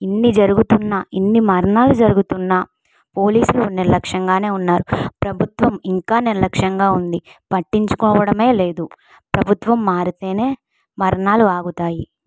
ఇన్ని జరుగుతున్నా ఇన్ని మరణాలు జరుగుతున్నా పోలీసులు నిర్లక్ష్యంగానే ఉన్నారు ప్రభుత్వం ఇంకా నిర్లక్ష్యంగా ఉంది పట్టించుకోవడమే లేదు ప్రభుత్వం మారితేనే మరణాలు ఆగుతాయి